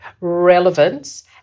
relevance